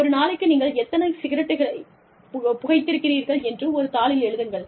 ஒரு நாளைக்கு நீங்கள் எத்தனை சிகரெட்டை புகைத்திருக்கிறீர்கள் என்று ஒரு தாளில் எழுதுங்கள்